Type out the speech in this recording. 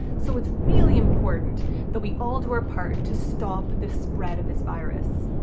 so it's really important that we all do our part to stop the spread of this virus.